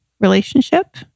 relationship